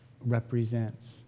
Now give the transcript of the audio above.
represents